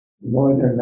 northern